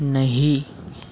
नहीं